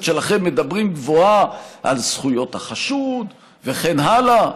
שלכם מדברים גבוהה על זכויות החשוד וכן הלאה?